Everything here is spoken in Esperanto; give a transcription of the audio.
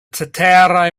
ceteraj